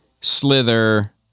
slither